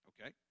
Okay